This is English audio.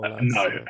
No